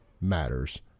matters